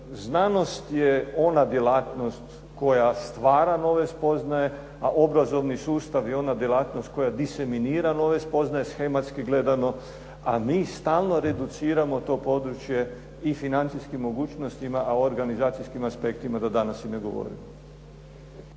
znanost je ona djelatnost koja stvara nove spoznaje, a obrazovni sustav je ona djelatnost koja diseminira nove spoznaje shematski gledano, a mi stalno reduciramo to područje i financijskim mogućnostima, a o organizacijskim aspektima da danas i ne govorim.